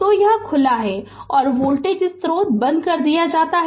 तो यह खुला है और वोल्टेज स्रोत बंद कर दिया जाना चाहिए